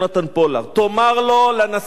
תאמר לו, לנשיא אובמה: